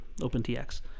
OpenTX